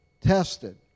tested